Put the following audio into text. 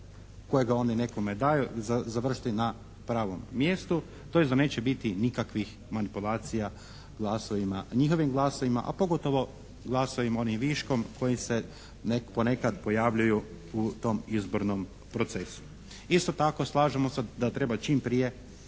kojega oni nekome daju završiti na pravom mjestu, tj. da neće biti nikakvih manipulacija glasovima, njihovim glasovima, a pogotovo glasovima onim viškom kojim se ponekad pojavljuju u tom izbornom procesu. Isto tako slažemo se da treba čim prije